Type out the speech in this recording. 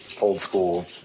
old-school